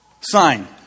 sign